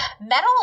metal